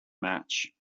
match